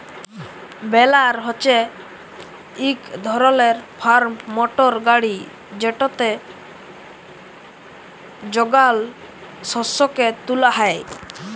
বেলার হছে ইক ধরলের ফার্ম মটর গাড়ি যেটতে যগাল শস্যকে তুলা হ্যয়